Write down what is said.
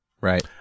Right